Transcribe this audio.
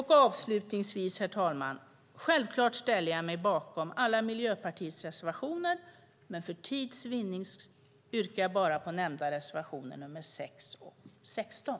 Herr talman! Självklart ställer jag mig bakom alla Miljöpartiets reservationer, men för tids vinnande yrkar jag bifall bara till de nämnda reservationerna, nr 6 och 16.